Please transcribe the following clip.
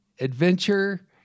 adventure